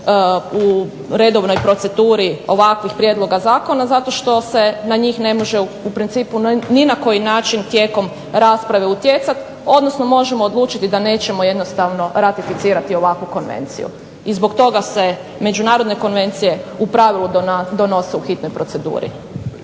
u redovnoj proceduri ovakvih prijedloga zakona zato što se na njih ne može u principu ni na koji način tijekom rasprave utjecati, odnosno možemo odlučiti da nećemo jednostavno ratificirati ovakvu konvenciju. I zbog toga se međunarodne konvencije u pravilu donose u hitnoj proceduri.